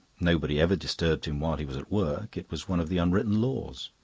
nobody ever disturbed him while he was at work it was one of the unwritten laws.